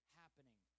happening